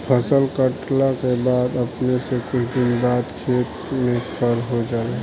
फसल काटला के बाद अपने से कुछ दिन बाद खेत में खर हो जाला